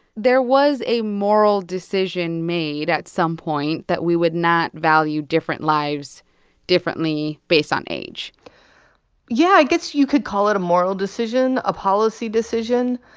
there was a moral decision made, at some point, that we would not value different lives differently based on age yeah, i guess you could call it a moral decision. a policy decision.